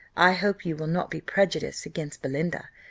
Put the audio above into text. i hope you will not be prejudiced against belinda,